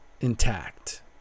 intact